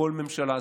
לכל ממשלה.